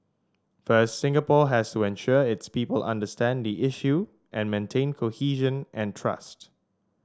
first Singapore has to ensure its people understand the issue and maintain cohesion and trust